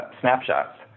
snapshots